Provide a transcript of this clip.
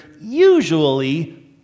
usually